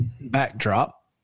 backdrop